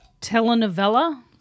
Telenovela